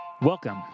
Welcome